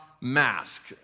mask